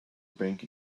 bank